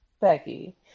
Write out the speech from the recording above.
Becky